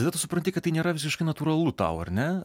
tada tu supranti kad tai nėra visiškai natūralu tau ar ne